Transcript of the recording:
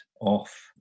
off